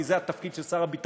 כי זה התפקיד של שר הביטחון.